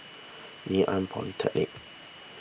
Ngee Ann Polytechnic